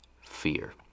Fear